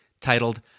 titled